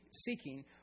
seeking